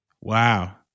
Wow